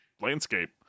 landscape